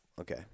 Okay